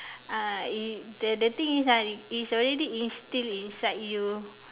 uh it the the thing is ah is already instill inside you